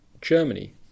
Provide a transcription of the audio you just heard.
Germany